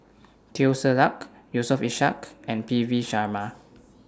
Teo Ser Luck Yusof Ishak and P V Sharma